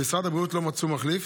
במשרד הבריאות לא מצאו מחליף,